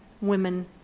women